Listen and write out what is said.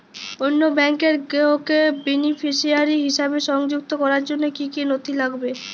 অন্য ব্যাংকের গ্রাহককে বেনিফিসিয়ারি হিসেবে সংযুক্ত করার জন্য কী কী নথি লাগবে?